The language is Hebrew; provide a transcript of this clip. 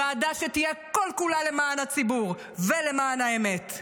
ועדה שתהיה כל-כולה למען הציבור ולמען האמת,